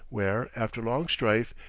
where, after long strife,